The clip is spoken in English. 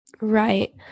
Right